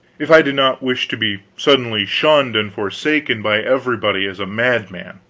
if i did not wish to be suddenly shunned and forsaken by everybody as a madman.